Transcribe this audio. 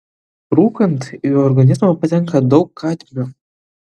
rūkant į organizmą patenka daug kadmio